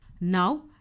Now